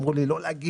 אמרו לי לא הגיד,